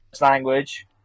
language